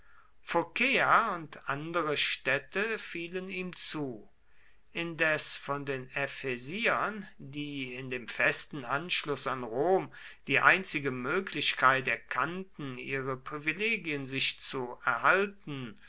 phokäa und andere städte fielen ihm zu indes von den ephesiern die in dem festen anschluß an rom die einzige möglichkeit erkannten ihre privilegien sich zu erhalten